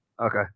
Okay